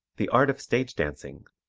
the art of stage dancing,